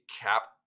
cap